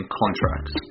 contracts